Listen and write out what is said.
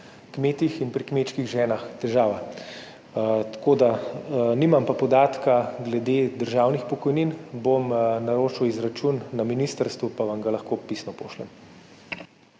kmetih in pri kmečkih ženah težava. Nimam pa podatka glede državnih pokojnin, bom naročil izračun na ministrstvu in vam ga lahko pisno pošljem.